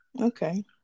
Okay